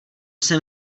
jsem